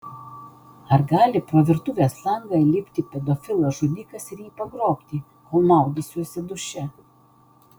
ar gali pro virtuvės langą įlipti pedofilas žudikas ir jį pagrobti kol maudysiuosi duše